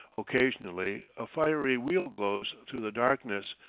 occasionally a fiery wheel glows through the darkness,